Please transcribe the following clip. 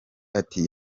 ati